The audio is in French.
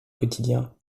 quotidien